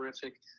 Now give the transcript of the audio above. terrific